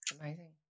Amazing